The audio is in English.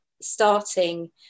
starting